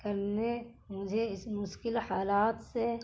کرنے مجھے اس مشکل حالات سے